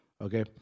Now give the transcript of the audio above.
Okay